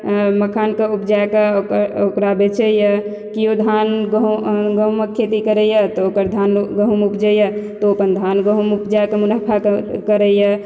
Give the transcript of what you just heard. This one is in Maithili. मखानके उपजा कऽ ओकरा बेचैया केओ धान गहूँमक खेती करैया तऽ ओकर धान गहूँम उपजैया तऽ ओ अपन धान गहूँम उपजा कऽ मुनाफा करै यऽ